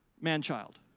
man-child